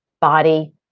body